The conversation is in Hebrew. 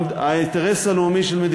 מה האינטרס הלאומי של ישראל?